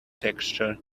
texture